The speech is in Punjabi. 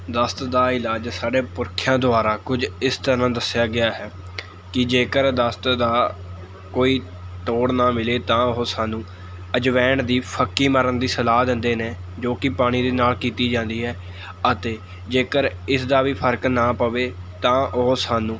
ਦਸਤ ਦਾ ਇਲਾਜ ਸਾਡੇ ਪੁਰਖਿਆਂ ਦੁਆਰਾ ਕੁਝ ਇਸ ਤਰ੍ਹਾਂ ਦੱਸਿਆ ਗਿਆ ਹੈ ਕਿ ਜੇਕਰ ਦਸਤ ਦਾ ਕੋਈ ਤੋੜ ਨਾ ਮਿਲੇ ਤਾਂ ਉਹ ਸਾਨੂੰ ਅਜਵੈਣ ਦੀ ਫੱਕੀ ਮਾਰਨ ਦੀ ਸਲਾਹ ਦਿੰਦੇ ਨੇ ਜੋ ਕਿ ਪਾਣੀ ਦੇ ਨਾਲ ਕੀਤੀ ਜਾਂਦੀ ਹੈ ਅਤੇ ਜੇਕਰ ਇਸ ਦਾ ਵੀ ਫਰਕ ਨਾ ਪਵੇ ਤਾਂ ਉਹ ਸਾਨੂੰ